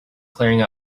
clearing